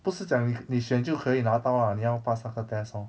不是讲你你选就可以拿到 lah 你要 pass 那个 test lor